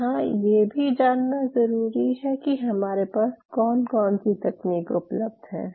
यहाँ ये भी जानना ज़रूरी है कि हमारे पास कौन कौन सी तकनीक उपलब्ध है